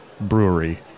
brewery